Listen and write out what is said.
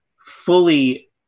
fully